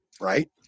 right